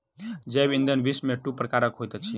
जैव ईंधन विश्व में दू प्रकारक होइत अछि